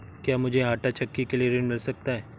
क्या मूझे आंटा चक्की के लिए ऋण मिल सकता है?